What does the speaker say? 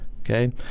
okay